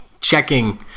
checking